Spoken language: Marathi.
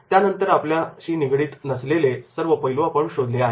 त्यानंतर आपल्याशी निगडीत नसलेले सर्व पैलू आपण शोधले आहेत